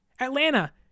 Atlanta